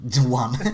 one